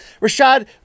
Rashad